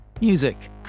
music